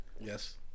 yes